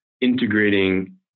integrating